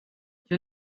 you